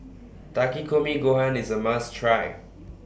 Takikomi Gohan IS A must Try